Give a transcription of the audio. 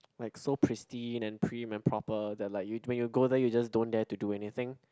like so pristine and prim and proper that like when you go there you just don't dare to do anything